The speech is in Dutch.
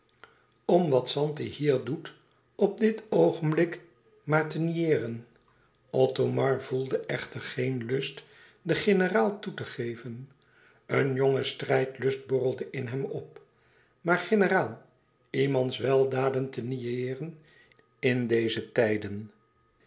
om wat zanti hier doet op dit oogenblik maar te niëeren othomar voelde echter geen lust den generaal toe te geven een jonge strijdlust borrelde in hem op maar generaal iemands weldaden te niëeren in deze tijden